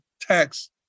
tax